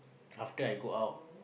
after I go out